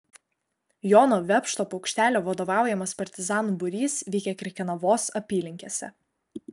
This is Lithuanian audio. jono vepšto paukštelio vadovaujamas partizanų būrys veikė krekenavos apylinkėse